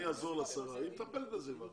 אני אעזור לשרה והיא תטפל בזה.